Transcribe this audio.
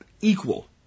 equal